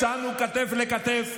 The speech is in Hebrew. שמנו כתף אל כתף,